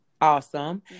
Awesome